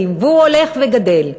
והוא הולך וגדל.